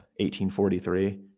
1843